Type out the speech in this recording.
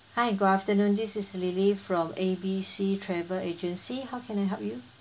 hi good afternoon this is lily from A B C travel agency how can I help you